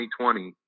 2020